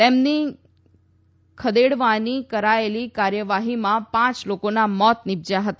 તેમની ખદેડવાની કરાયેલી કાર્યવાહીમાં પાંચ લોકોના મોત નીપજયા હતા